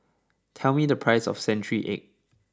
tell me the price of Century Egg